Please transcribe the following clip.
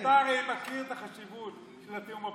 אתה הרי מכיר את החשיבות של התיאום הביטחוני,